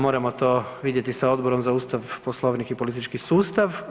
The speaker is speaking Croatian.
Moramo to vidjeti sa Odborom za Ustav, Poslovnik i politički sustav.